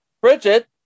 Bridget